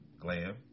Glam